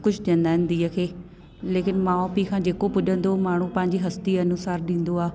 सभु कुझु ॾींदा आहिनि धीउ खे लेकिन माउ पीउ खां जेको पुजंदो माण्हू पंहिंजी हस्ती अनुसार ॾींदो आहे